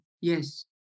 yes